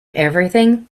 everything